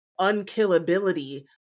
unkillability